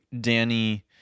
Danny